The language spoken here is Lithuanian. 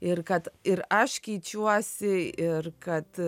ir kad ir aš keičiuosi ir kad